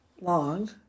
long